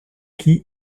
qui